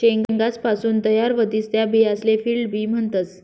शेंगासपासून तयार व्हतीस त्या बियासले फील्ड बी म्हणतस